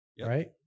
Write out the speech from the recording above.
right